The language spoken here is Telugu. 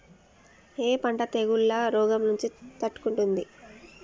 ఏ పంట తెగుళ్ల రోగం నుంచి తట్టుకుంటుంది?